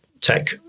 tech